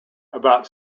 about